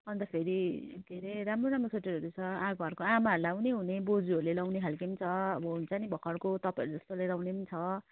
अन्त फेरि के अरे राम्रो राम्रो स्वेटरहरू छ घरको आमाहरूलाई पनि हुने बोजूहरूले लगाउने खाले छ अब हुन्छ नि भर्खरको तपाईँ जस्तोहरूले लगाउने छ